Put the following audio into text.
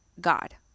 God